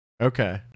Okay